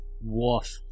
Woof